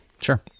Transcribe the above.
Sure